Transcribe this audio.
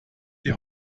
die